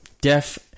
deaf